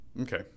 okay